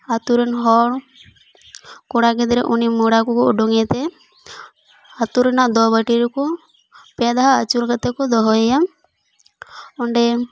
ᱟᱛᱳ ᱨᱮᱱ ᱦᱚᱲ ᱠᱚᱲᱟ ᱜᱤᱫᱽᱨᱟᱹ ᱩᱱᱤ ᱢᱚᱲᱟ ᱠᱩ ᱚᱰᱚᱝ ᱮᱛᱮ ᱟᱛᱳ ᱨᱮᱱᱟ ᱫᱚᱵᱟᱴᱤ ᱨᱮᱠᱩ ᱯᱮ ᱫᱚᱢ ᱟᱹᱪᱩᱨ ᱠᱟᱛᱮ ᱠᱩ ᱫᱚᱦᱚ ᱮᱭᱟ ᱚᱸᱰᱮ